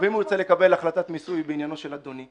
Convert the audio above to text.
ואם הוא ירצה לקבל החלטת מיסוי בעניינו של אדוני?